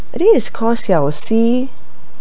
I think is cost sia